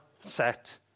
set